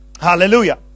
hallelujah